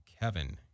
Kevin